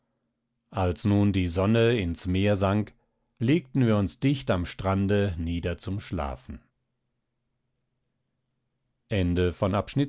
als nun die sonne ins meer sank legten wir uns dicht am strande nieder zum schlafen